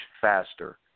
faster